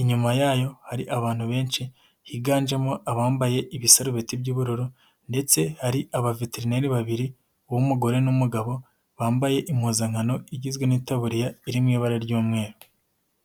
inyuma yayo hari abantu benshi higanjemo abambaye ibisarubeti by'ubururu ndetse hari abaveterineri babiri uw'umugore n'umugabo, bambaye impuzankano igizwe n'itaburiya iri mu ibara ry'umweru.